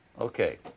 Okay